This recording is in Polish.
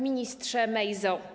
Ministrze Mejzo!